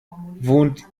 wohnt